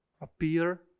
appear